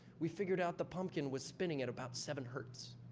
we figured out the pumpkin was spinning at about seven hertz.